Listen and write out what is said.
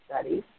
studies